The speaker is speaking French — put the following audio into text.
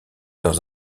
dans